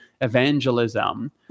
evangelism